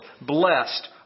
Blessed